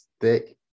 thick